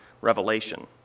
revelation